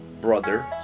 brother